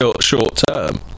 short-term